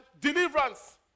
deliverance